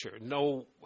No